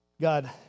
God